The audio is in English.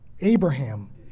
Abraham